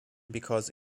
because